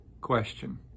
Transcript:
question